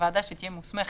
בתי עסק,